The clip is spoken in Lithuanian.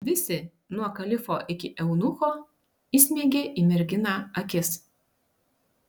visi nuo kalifo iki eunucho įsmeigė į merginą akis